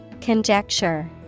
Conjecture